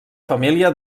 família